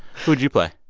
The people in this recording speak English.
who'd you play?